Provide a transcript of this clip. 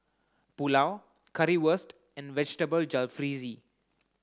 Pulao Currywurst and Vegetable Jalfrezi